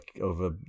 over